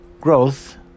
Growth